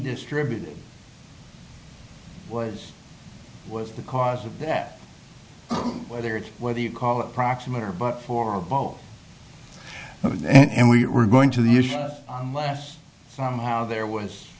distributed was was the cause of that whether it's whether you call it proximate or but for both and we were going to the last somehow there was